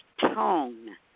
tone